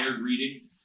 reading